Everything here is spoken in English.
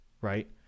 right